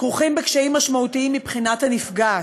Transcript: כרוכים בקשיים משמעותיים מבחינת הנפגעת.